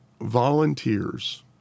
volunteers